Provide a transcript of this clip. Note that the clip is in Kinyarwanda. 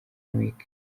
week